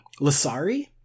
Lasari